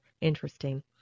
interesting